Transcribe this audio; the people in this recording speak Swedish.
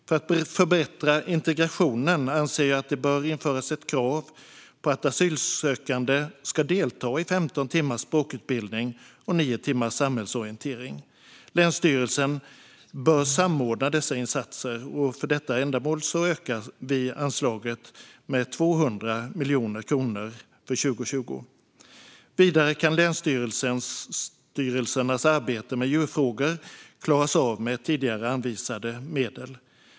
För att förbättra integrationen anser jag att det bör införas ett krav på att asylsökande ska delta i 15 timmar språkutbildning och 9 timmar samhällsorientering. Länsstyrelsen bör samordna dessa insatser. För detta ändamål ökar vi anslaget med 200 miljoner kronor för 2020. Vidare kan länsstyrelsernas arbete med djurfrågor klaras av med tidigare anvisade medel.